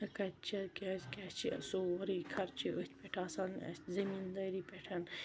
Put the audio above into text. کَتہِ چھِ کیازِ کہِ اَسہِ چھُ سورُے خرچہِ أتھۍ پٮ۪ٹھ آسان زٔمیٖندٲری پٮ۪ٹھ